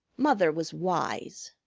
mother was wise!